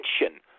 attention